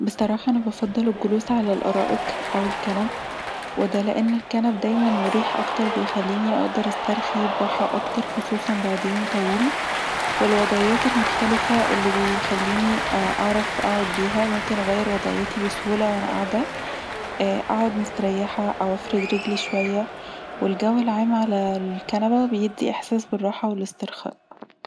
بصراحة، أنا بفضل الجلوس على الأرائك او الكنب، وده لأن الكنب دايما مريح أكتر بيخليني أقدر استرخي براحه أكتر خصوصا بعد يوم طويل، والوضعيات المختلفه اللي بيخليني أعرف اقعد بيها ممكن اعير وضعيتي بسهوله وانا قاعده، اقعد مستريحه او افرد رجلي شويه، والجو العام علي الكنبه بيدي احساس بالراحه والاسترخاء